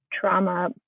trauma